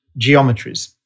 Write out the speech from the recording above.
geometries